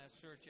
search